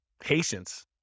Patience